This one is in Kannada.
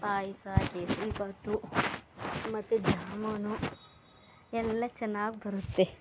ಪಾಯಸ ಕೇಸ್ರಿಬಾತು ಮತ್ತೆ ಜಾಮೂನು ಎಲ್ಲ ಚೆನ್ನಾಗಿ ಬರುತ್ತೆ